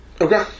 Okay